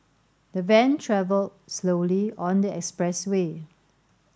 the van travelled slowly on the expressway